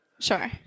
Sure